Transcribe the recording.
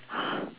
!huh!